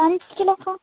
ஒரு அஞ்சு கிலோக்கா